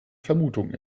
vermutung